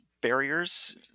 barriers